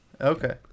Okay